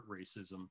racism